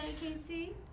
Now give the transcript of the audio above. Casey